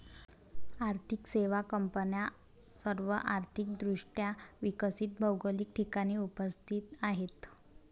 आर्थिक सेवा कंपन्या सर्व आर्थिक दृष्ट्या विकसित भौगोलिक ठिकाणी उपस्थित आहेत